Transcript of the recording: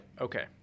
Okay